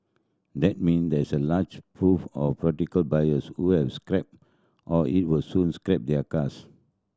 that mean there is a large pool of buyers who have scrapped or it will soon scrap their cars